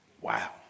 Wow